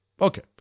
Okay